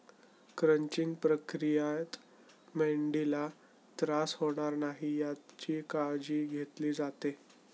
crunching प्रक्रियेत मेंढीला त्रास होणार नाही याची काळजी घेतली जाते